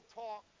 talk